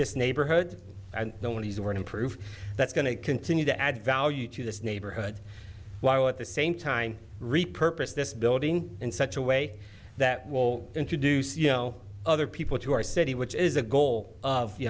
this neighborhood and no one has or improve that's going to continue to add value to this neighborhood while at the same time repurpose this building in such a way that will introduce you know other people to our city which is a goal